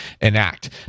enact